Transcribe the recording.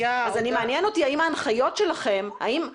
לכן מעניין אותי אם ההנחיות של השר,